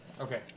Okay